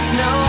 no